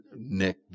Nick